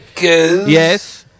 Yes